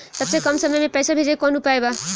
सबसे कम समय मे पैसा भेजे के कौन उपाय बा?